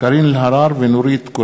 לקריאה שנייה ולקריאה שלישית: